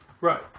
Right